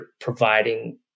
providing